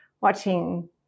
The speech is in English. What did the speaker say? watching